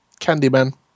Candyman